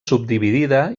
subdividida